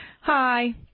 Hi